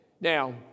Now